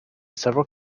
several